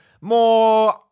More